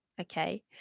Okay